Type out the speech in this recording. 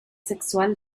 sexual